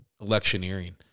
electioneering